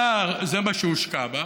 זה מה שהושקע בזה.